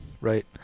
Right